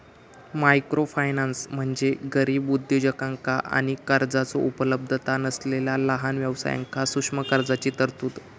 microfinance म्हणजे गरीब उद्योजकांका आणि कर्जाचो उपलब्धता नसलेला लहान व्यवसायांक सूक्ष्म कर्जाची तरतूद